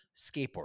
skateboard